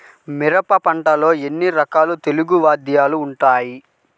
మిరప పంటలో ఎన్ని రకాల తెగులు వ్యాధులు వుంటాయి?